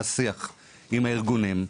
היה שיח עם הארגונים.